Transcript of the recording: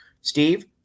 Steve